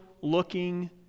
looking